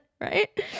right